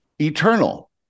Eternal